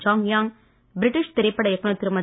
Jong Yang British திரைப்பட இயக்குனர் திருமதி